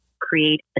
create